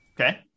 Okay